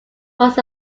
was